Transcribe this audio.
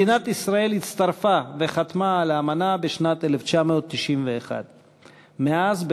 מדינת ישראל הצטרפה וחתמה על האמנה בשנת 1991. מאז,